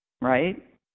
right